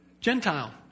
Gentile